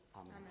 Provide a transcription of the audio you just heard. Amen